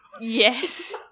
Yes